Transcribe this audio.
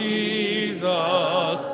Jesus